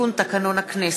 לתיקון תקנון הכנסת.